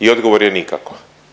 i odgovor je nikakva